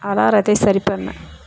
அலாரத்தை சரி பண்ணு